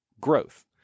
growth